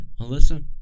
Alyssa